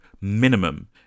minimum